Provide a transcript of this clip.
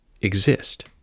exist